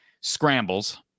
scrambles